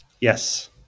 Yes